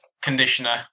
conditioner